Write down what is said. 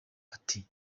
ati